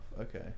Okay